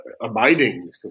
abiding